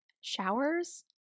showers